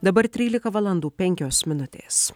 dabar trylika valandų penkios minutės